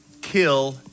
kill